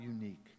unique